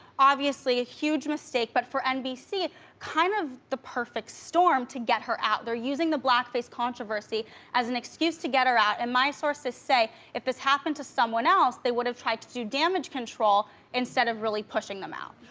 obviously a huge mistake, but for nbc kind of the perfect storm to get her out. they're using the blackface controversy as an excuse to get her out, and my sources say if this happened to someone else, they would've tried to do damage control instead of really pushing them out.